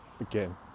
again